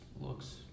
looks